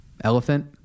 elephant